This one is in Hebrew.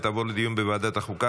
לוועדת החוקה,